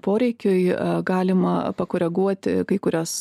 poreikiui galima pakoreguoti kai kurias